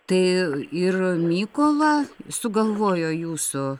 tai ir mykolą sugalvojo jūsų